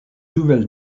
nouvelle